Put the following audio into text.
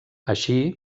així